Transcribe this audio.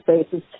spaces